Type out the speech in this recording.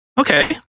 Okay